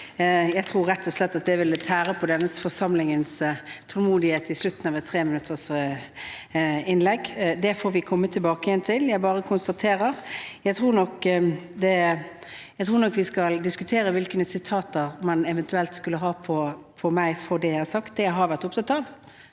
Jeg tror rett og slett at det ville tære på denne forsamlingens tålmodighet på slutten av treminuttersinnleggene. Vi får komme tilbake til det. Jeg bare konstaterer at jeg nok tror vi skal diskutere hvilke sitater man eventuelt skulle ha på meg. For det jeg har sagt, det jeg har vært opptatt av,